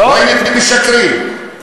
ynet משקרים.